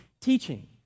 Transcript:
teaching